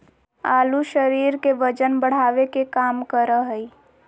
आलू शरीर के वजन बढ़ावे के काम करा हइ